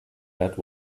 that